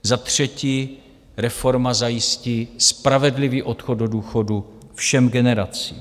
Za třetí, reforma zajistí spravedlivý odchod do důchodu všem generacím.